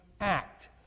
act